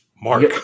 Mark